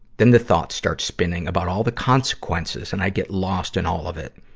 then the thoughts start spinning about all the consequences and i get lost in all of it.